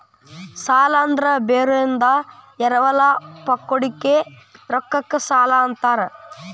ಸಾಲ ಅಂದ್ರ ಬೇರೋರಿಂದ ಎರವಲ ಪಡ್ಕೊಂಡಿರೋ ರೊಕ್ಕಕ್ಕ ಸಾಲಾ ಅಂತಾರ